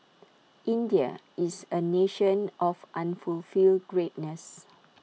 India is A nation of unfulfilled greatness